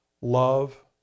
Love